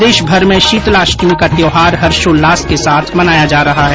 प्रदेशभर में शीतला अष्टमी का त्यौहार हर्षोल्लास के साथ मनाया जा रहा है